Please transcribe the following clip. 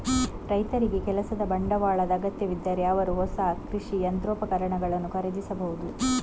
ರೈತರಿಗೆ ಕೆಲಸದ ಬಂಡವಾಳದ ಅಗತ್ಯವಿದ್ದರೆ ಅವರು ಹೊಸ ಕೃಷಿ ಯಂತ್ರೋಪಕರಣಗಳನ್ನು ಖರೀದಿಸಬಹುದು